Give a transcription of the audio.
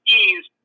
ease